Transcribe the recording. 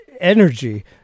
energy